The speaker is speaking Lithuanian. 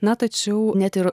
na tačiau net ir